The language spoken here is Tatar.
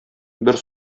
бер